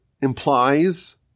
implies